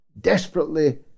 desperately